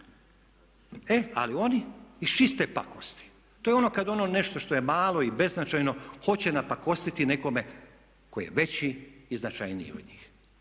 E ali oni iz čiste pakosti, to je ono kada ono nešto što je malo i beznačajno hoće napakostiti nekome tko je veći i značajniji od njih